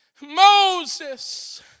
Moses